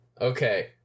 okay